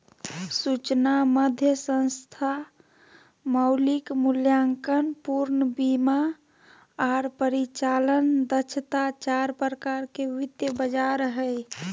सूचना मध्यस्थता, मौलिक मूल्यांकन, पूर्ण बीमा आर परिचालन दक्षता चार प्रकार के वित्तीय बाजार हय